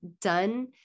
done